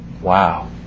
Wow